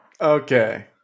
Okay